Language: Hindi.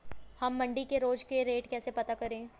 हम मंडी के रोज के रेट कैसे पता करें?